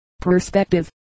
Perspective